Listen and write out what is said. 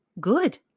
Good